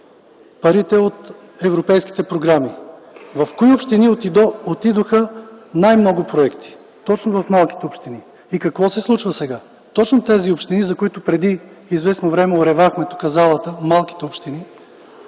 парите от европейските програми. Къде отидоха най-много проекти? Точно в най-малките общини. И какво се случва сега? Точно тези общини, за които преди известно време оревахме залата – колко са важни,